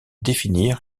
définir